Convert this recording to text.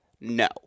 No